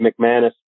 McManus